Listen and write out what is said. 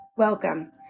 Welcome